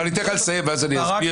אבל אני אתן לך לסיים ואז אני אסביר.